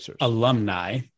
alumni